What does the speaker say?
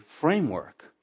framework